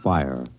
Fire